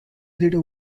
little